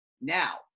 Now